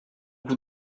vous